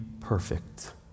perfect